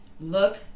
Look